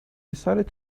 decided